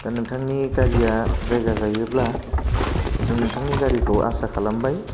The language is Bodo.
दा नोंथांनि गारिया जायगा जायोब्ला जों नोंथांनि गारिखौ आसा खालामबाय